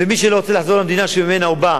ומי שלא רוצה לחזור למדינה שממנה הוא בא,